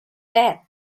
death